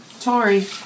Tori